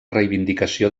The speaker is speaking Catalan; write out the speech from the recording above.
reivindicació